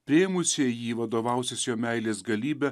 priėmusieji jį vadovausis jo meilės galybe